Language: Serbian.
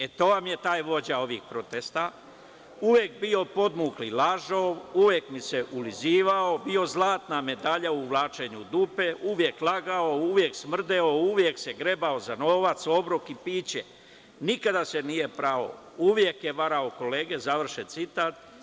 E, to vam je ovaj vođa ovih protesta, uvek bio podmukli lažov, uvek mi se ulizivao, bio zlatna medalja u uvlačenju u dupe, uvek lagao, uvek smrdeo, uvek se grebao za novac, obrok i piće, nikada se nije prao, uvek je varao kolege, završen citat.